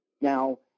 Now